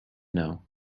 know